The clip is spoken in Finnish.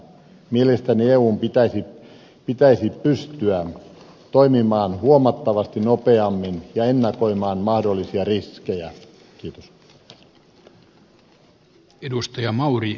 mielestäni eun pitäisi pystyä toimimaan huomattavasti nopeammin ja ennakoimaan mahdollisia riskejä